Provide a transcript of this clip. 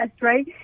right